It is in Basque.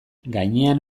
gainean